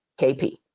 KP